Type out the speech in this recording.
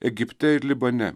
egipte ir libane